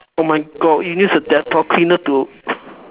oh my god you use the dettol cleaner to